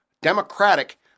democratic